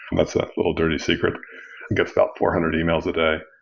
and that's our little dirty secret. it gets about four hundred emails a day.